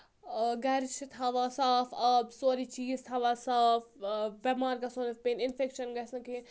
گَرِ چھِ تھاوان صاف آب سورُے چیٖز تھاوان صاف بؠمار گژھو نہٕ پیٚنۍ اِنفؠکشَن گَژھِ نہٕ کِہیٖنۍ